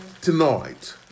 Tonight